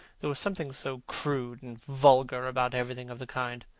there was something so crude and vulgar about everything of the kind.